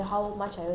a lot [what]